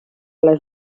les